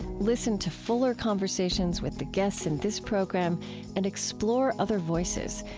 listen to fuller conversations with the guests in this program and explore other voices,